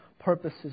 purposes